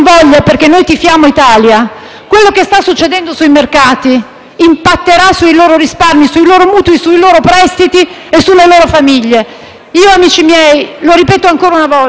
impatterà sui loro risparmi, sui loro mutui, sui loro prestiti e sulle loro famiglie. Amici miei, lo ripeto ancora una volta: non sono, insieme al mio Gruppo,